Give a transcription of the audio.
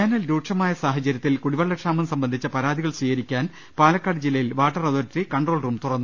വേനൽ രൂക്ഷമായ സാഹചര്യത്തിൽ കുടിവെള്ളക്ഷാമം സംബന്ധിച്ച പരാതികൾ സ്വീകരിക്കാൻ പാലക്കാട് ജില്ലയിൽ വാട്ടർ അതോറിറ്റി കൺട്രോൾറൂം തുറന്നു